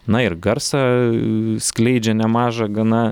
na ir garsą skleidžia nemažą gana